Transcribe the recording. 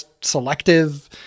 selective